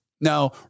Now